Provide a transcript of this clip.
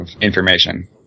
information